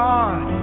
God